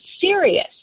serious